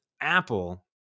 Apple